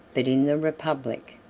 but in the republic.